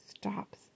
stops